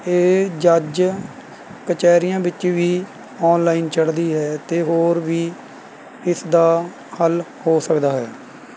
ਇਹ ਜੱਜ ਕਚਹਿਰੀਆਂ ਵਿੱਚ ਵੀ ਔਨਲਾਈਨ ਚੜ੍ਹਦੀ ਹੈ ਅਤੇ ਹੋਰ ਵੀ ਇਸ ਦਾ ਹੱਲ ਹੋ ਸਕਦਾ ਹੈ